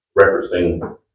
referencing